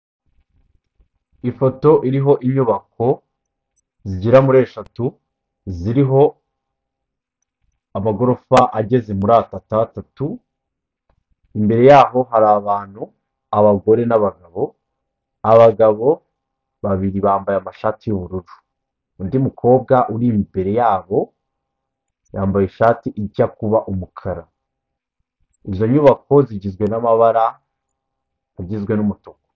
Ifoto iriho inyubako zigera muri eshatu, ziriho amagorofa ageze muri atatu atatu, imbere yaho hari abantu, abagore n'abagabo, abagabo babiri bambaye amashati y'ubururu. Undi mukobwa uri imbere yabo yambaye ishati ijya kuba umukara. Izo nyubako zigizwe n'amabara agizwe n'umutuku.